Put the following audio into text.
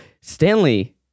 Stanley